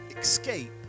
escape